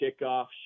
kickoff